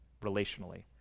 relationally